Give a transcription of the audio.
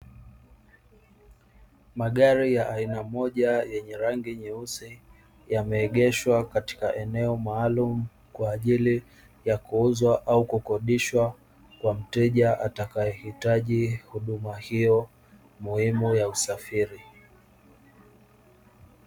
Magari ya aina moja yenye rangi nyeusi yameegeshwa katika eneo maalumu kwa ajili ya kuuzwa au kukodishwa kwa mteja atakayehitaji huduma hiyo muhimu ya usafiri.